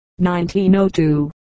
1902